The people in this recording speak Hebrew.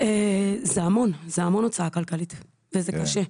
המון הוצאה כלכלית וזה קשה.